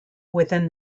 within